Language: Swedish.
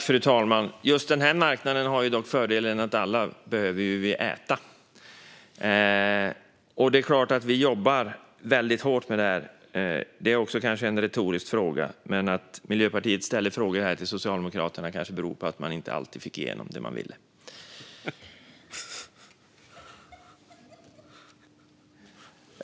Fru talman! Just den här marknaden har dock fördelen att vi alla behöver äta. Det är klart att vi jobbar väldigt hårt med det här. Det blir väl också en retorisk fråga, men att Miljöpartiet ställer frågor här till Socialdemokraterna kanske beror på att man inte alltid fick igenom det man ville.